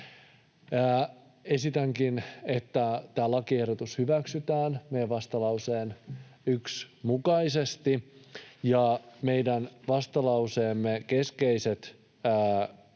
Esitänkin, että tämä lakiehdotus hyväksytään meidän vastalauseen 1 mukaisesti. Ja meidän vastalauseemme keskeiset pointit